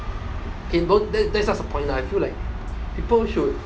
K don't that's not the point lah I feel people should